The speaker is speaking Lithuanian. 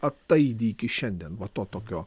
ataidi iki šiandien va to tokio